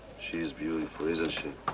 she is beautiful, isn't she?